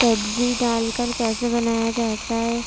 سبزی ڈال کر کیسے بنایا جاتا ہے